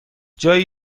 جایی